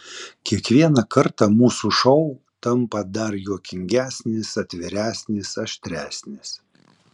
kiekvieną kartą mūsų šou tampa dar juokingesnis atviresnis aštresnis